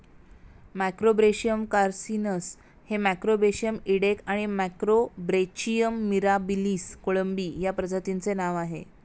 Macrobrachium carcinus हे Macrobrachium इडेक आणि मॅक्रोब्रॅचियम मिराबिलिस कोळंबी या प्रजातींचे नाव आहे